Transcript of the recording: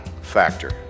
factor